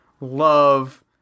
love